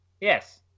Yes